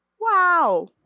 Wow